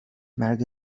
مرد